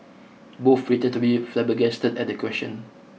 both pretend to be flabbergasted at the question